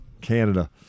Canada